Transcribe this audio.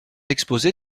exposé